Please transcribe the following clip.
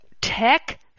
tech